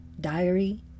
Diary